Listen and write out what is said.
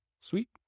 Sweet